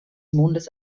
mondes